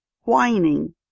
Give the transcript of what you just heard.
whining